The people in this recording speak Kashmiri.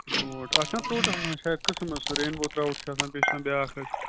ترٛوٗٹ اَتھ چھ نا ترٛوٗٹَس آسان شاید قٕسم حظ سُہ رین بو ترٛاوٹ چھُ آسان بیٚیہِ چھُ آسان بیٛاکھ حظ